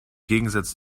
gegensatz